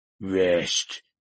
rest